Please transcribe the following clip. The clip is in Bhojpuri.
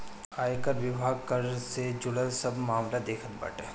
आयकर विभाग कर से जुड़ल सब मामला के देखत बाटे